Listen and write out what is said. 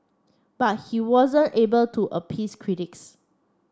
but he wasn't able to appease critics